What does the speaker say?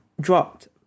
dropped